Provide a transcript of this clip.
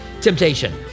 temptation